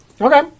Okay